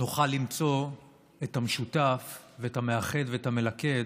נוכל למצוא את המשותף ואת המאחד ואת המלכד